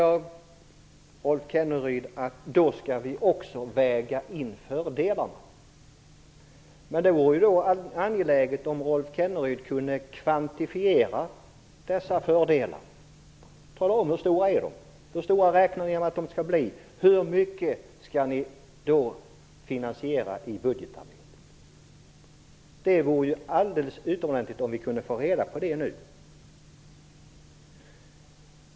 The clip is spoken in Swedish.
Rolf Kenneryd säger att man då också skall väga in fördelarna. Det är angeläget att Rolf Kenneryd kvantifierar dessa fördelar. Tala om hur stora de är! Hur stora räknar ni med att de skall bli? Hur mycket skall ni finansiera i budgeten? Det vore alldeles utomordentligt om vi kunde få reda på det nu.